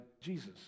Jesus